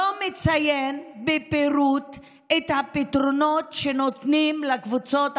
לא מציין בפירוט את הפתרונות שנותנים לקבוצות המוחלשות.